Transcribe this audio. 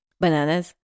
Bananas